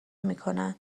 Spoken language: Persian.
میکنن